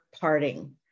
parting